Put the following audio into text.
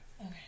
okay